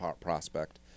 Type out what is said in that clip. prospect